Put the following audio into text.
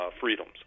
freedoms